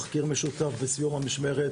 תחקיר משותף בסיום המשמרת,